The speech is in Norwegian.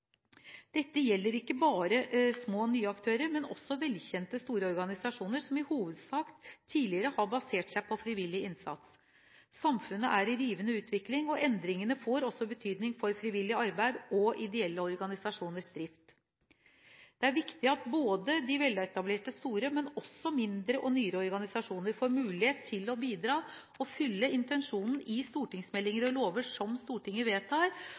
Dette gjelder ikke bare små, nye aktører, men også velkjente, store organisasjoner som tidligere har basert seg hovedsakelig på frivillig innsats. Samfunnet er i rivende utvikling, og endringene får også betydning for frivillig arbeid og ideelle organisasjoners drift. Det er viktig at både de veletablerte, store organisasjonene og de mindre og nyere får muligheter til å bidra til å oppfylle intensjonene i stortingsmeldinger og lover som Stortinget vedtar